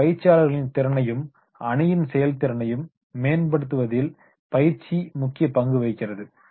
ஒரு பயிற்சிபயிற்சியாளர்களின் திறனையும் அணியின் செயல்திறனையும் மேம்படுத்துவதில் பயிற்சி முக்கிய பங்கு வகிக்கிறது